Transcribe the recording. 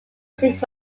seek